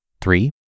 Three